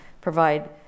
provide